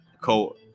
co